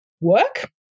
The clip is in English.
work